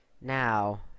Now